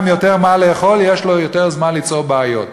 יותר מה לאכול יש לו יותר זמן ליצור בעיות,